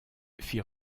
fit